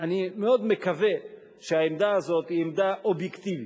אני מאוד מקווה שהעמדה הזאת היא עמדה אובייקטיבית.